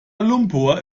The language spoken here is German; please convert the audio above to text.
lumpur